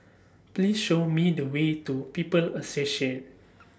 Please Show Me The Way to People's Associate